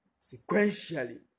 sequentially